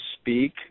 speak